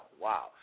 Wow